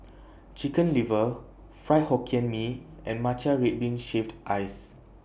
Chicken Liver Fried Hokkien Mee and Matcha Red Bean Shaved Ice